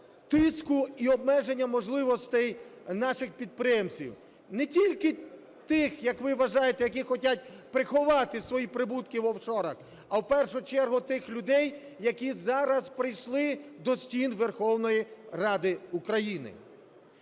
тиску і обмеження можливостей наших підприємців. Не тільки тих, як ви вважаєте, які хотять приховати свої прибутки в офшорах, а в першу чергу тих людей, які зараз прийшли до стін Верховної Ради України.